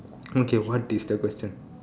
okay what is the question